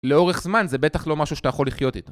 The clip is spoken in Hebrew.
לאורך זמן זה בטח לא משהו שאתה יכול לחיות איתו